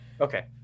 okay